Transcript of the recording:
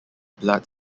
blood